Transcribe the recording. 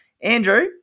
Andrew